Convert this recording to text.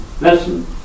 Listen